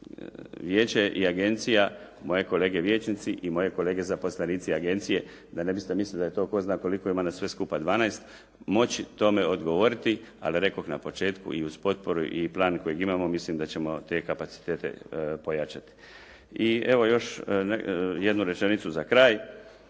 vijeće i agencija, moje kolege vijećnici i moje kolege zaposlenici agencije, da ne biste mislili da je to tko zna koliko, ima nas sve skupa dvanaest, moći tome odgovoriti ali rekoh na početku i uz potporu i plan kojeg imamo mislim da ćemo te kapacitete pojačati. I evo još jednu rečenicu za kraj.